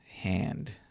hand